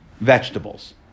vegetables